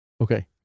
Okay